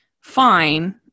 fine